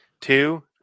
Two